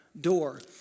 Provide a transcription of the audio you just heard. door